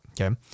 Okay